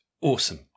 awesome